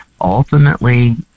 ultimately